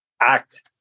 act